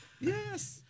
Yes